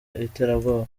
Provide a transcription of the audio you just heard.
iterabwoba